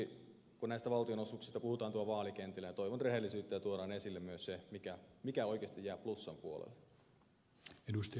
kun näistä valtionosuuksista puhutaan tuolla vaalikentillä niin toivon rehellisyyttä ja että tuodaan esille myös se mikä oikeasti jää plussan puolelle